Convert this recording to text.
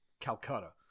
Calcutta